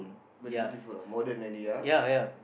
very beautiful ah modern already ah